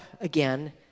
again